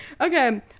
Okay